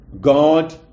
God